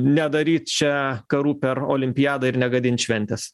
nedaryt čia karų per olimpiadą ir negadint šventės